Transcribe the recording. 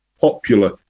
popular